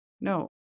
No